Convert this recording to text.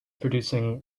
producing